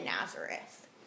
Nazareth